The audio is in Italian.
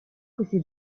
questi